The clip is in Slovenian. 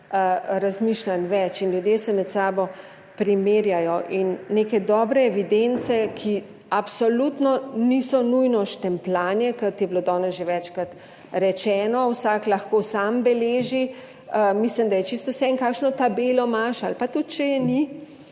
razmišljanj več in ljudje se med sabo primerjajo. Neke dobre evidence, ki absolutno niso nujno štempljanje, kot je bilo danes že večkrat rečeno, vsak lahko sam beleži, mislim da je čisto vseeno, kakšno tabelo imaš ali pa tudi, če je ni.